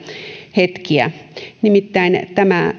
hetkiä nimittäin